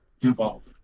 involved